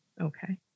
Okay